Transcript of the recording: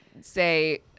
say